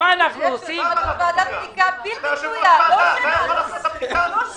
ועדת בדיקה בלתי תלויה, לא שלנו.